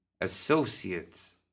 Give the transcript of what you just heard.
Associates